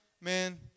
man